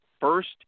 first